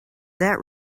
that